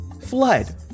flood